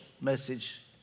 message